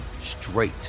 straight